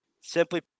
Simply